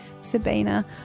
Sabina